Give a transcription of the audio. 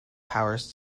powers